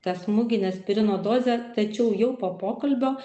tą smūginę aspirino dozę tačiau jau po pokalbio